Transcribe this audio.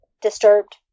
disturbed